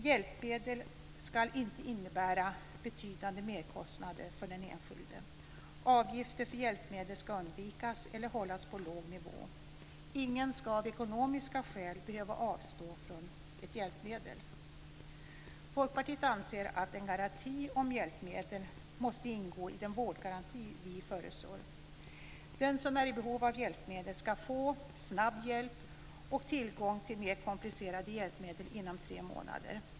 Hjälpmedel ska inte innebära betydande merkostnader för den enskilde. Avgifter för hjälpmedel ska undvikas eller hållas på en låg nivå. Ingen ska av ekonomiska skäl behöva avstå från ett hjälpmedel. Folkpartiet anser att en garanti om hjälpmedel måste ingå i den vårdgaranti som vi föreslår. Den som är i behov av hjälpmedel ska få snabb hjälp och tillgång till mer komplicerade hjälpmedel inom tre månader.